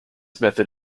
method